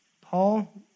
Paul